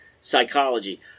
psychology